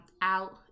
out